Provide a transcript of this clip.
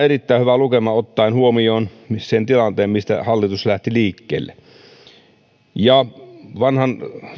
erittäin hyvä lukema ottaen huomioon sen tilanteen mistä hallitus lähti liikkeelle vanhan